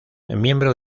miembro